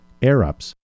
Airups